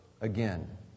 again